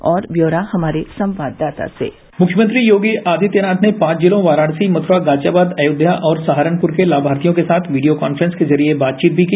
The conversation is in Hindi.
और ब्यौरा हमारे संवाददाता से मुख्यमंत्री योगी आदित्यनाथ ने पांच जिलों वाराणसी मधुरा गाजियाबाद अयोध्या और सहारनपुर के तामार्थियों के साथ वीडियो कॉन्छेंस के जरिये बातचीत भी की